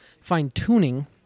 fine-tuning